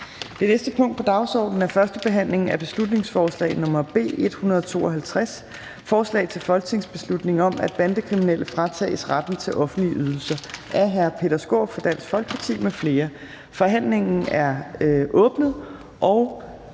Det næste punkt på dagsordenen er: 13) 1. behandling af beslutningsforslag nr. B 152: Forslag til folketingsbeslutning om, at bandekriminelle fratages retten til offentlige ydelser. Af Peter Skaarup (DF) m.fl. (Fremsættelse 10.02.2021).